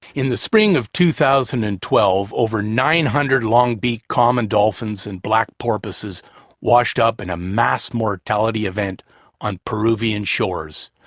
in the spring of two thousand and twelve over nine hundred long-beaked common dolphins and black porpoises washed-up in a mass mortality event on peruvian shores.